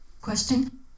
question